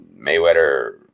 Mayweather